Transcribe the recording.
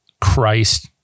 Christ